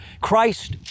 Christ